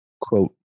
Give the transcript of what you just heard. quote